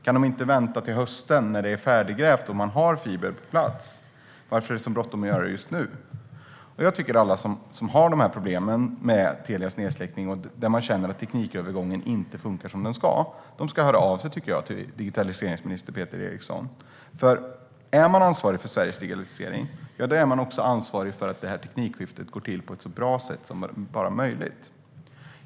Kan Telia inte vänta till hösten när det är färdiggrävt och man har fiber på plats? Varför är det så bråttom just nu? Jag tycker att alla som har dessa problem med Telias nedsläckning och som känner att teknikövergången inte funkar som den ska ska höra av sig till digitaliseringsminister Peter Eriksson. Är man ansvarig för Sveriges digitalisering är man också ansvarig för att det här teknikskiftet går till på ett så bra sätt som det bara är möjligt.